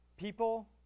People